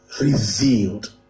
revealed